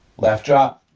left drop.